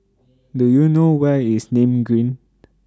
Do YOU know Where IS Nim Green